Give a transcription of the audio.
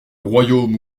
royaume